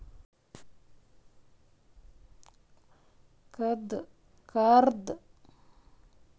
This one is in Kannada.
ಆಕಳ್ ಹಾಲ್ ಕರ್ದ್ ಮ್ಯಾಲ ಅದಕ್ಕ್ ತಣ್ಣಗಿನ್ ಜಾಗ್ದಾಗ್ ಇಡ್ಬೇಕ್ ಇಲ್ಲಂದ್ರ ಹಾಲ್ ಕೆಡ್ತಾವ್